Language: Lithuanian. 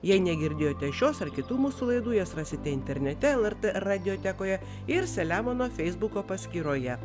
jei negirdėjote šios ar kitų mūsų laidų jas rasite internete lrt radijotekoje ir selemono feisbuko paskyroje